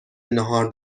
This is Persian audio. ناهار